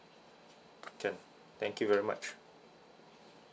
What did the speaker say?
can thank you very much